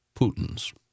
Putin's